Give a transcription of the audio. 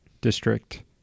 district